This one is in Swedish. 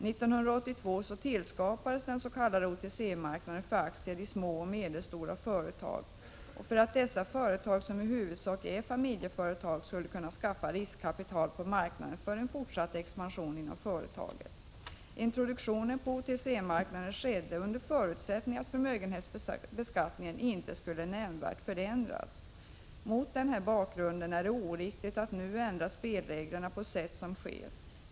1982 tillskapades den s.k. OTC-marknaden för aktier i små och medelstora företag för att dessa företag, som i huvudsak är familjeföretag, skulle kunna skaffa riskkapital på marknaden för fortsatt expansion. Introduktionen på OTC-marknaden skedde under förutsättningen att förmögenhetsbeskattningen inte skulle nämnvärt förändras. Mot den här bakgrunden är det oriktigt att nu ändra spelreglerna på sätt som sker.